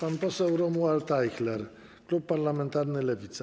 Pan poseł Romuald Ajchler, klub parlamentarny Lewica.